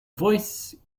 voice